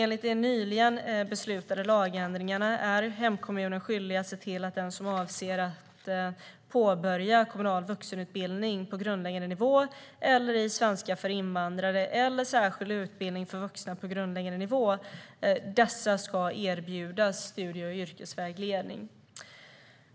Enligt de nyligen beslutade lagändringarna är hemkommunen skyldig att se till att den som avser att påbörja kommunal vuxenutbildning på grundläggande nivå eller i svenska för invandrare eller särskild utbildning för vuxna på grundläggande nivå erbjuds studie och yrkesvägledning.